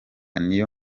niyo